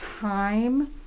time